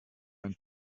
ein